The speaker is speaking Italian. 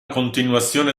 continuazione